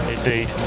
Indeed